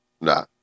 Nah